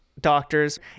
doctors